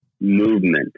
Movement